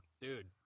Dude